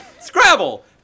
Scrabble